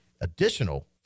additional